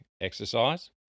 exercise